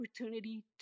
opportunity